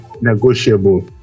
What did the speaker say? negotiable